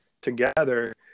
together